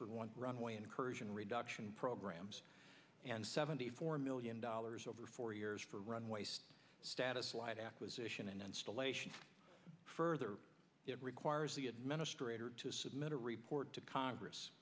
for one runway incursion reduction programs and seventy four million dollars over four years for runways status light acquisition and installation further requires the administrator to submit a report to congress